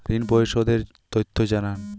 ঋন পরিশোধ এর তথ্য জানান